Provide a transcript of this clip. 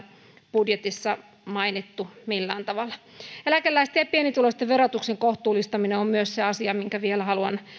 budjetissamme mainittu millään tavalla eläkeläisten ja pienituloisten verotuksen kohtuullistaminen on myös asia minkä vielä haluan